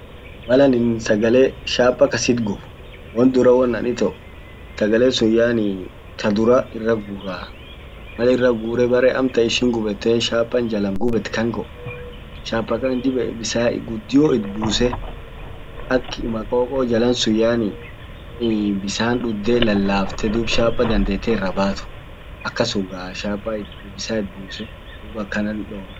Mal anin sagale chapa kasit guub. won dura won anin ito sagale sun yani ta dura ira gura ira gure bere amtan ishin gubetten shapan jalan gubet shapa kant dib yede bisan gudio it buuse ak maqoqo jalan sun yani bisan dudde lalafte dum shapa dandete ira baat akas ugaa shapa bisan it buuse dum akanan dorga sun cholea.